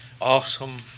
awesome